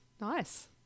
Nice